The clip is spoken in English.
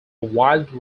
wild